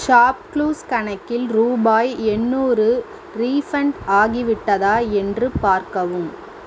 Shopclues கணக்கில் ரூபாய் எண்ணூறு ரீஃபண்ட் ஆகிவிட்டதா என்று பார்க்கவும்